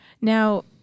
Now